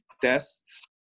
tests